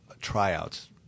tryouts